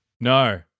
No